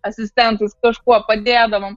asistentus kažkuo padėdavom